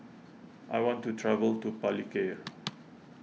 I want to travel to Palikir